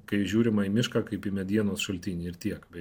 kai žiūrima į mišką kaip į medienos šaltinį ir tiek be